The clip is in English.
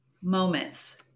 moments